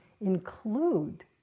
include